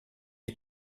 est